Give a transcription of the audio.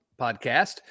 podcast